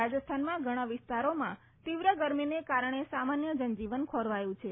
રાજસ્થાનમાં ઘણા વિસ્તારોમાં તીવ્ર ગરમીને કારણે સામાન્ય જનજીવન ખોરવાયું છે